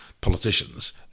politicians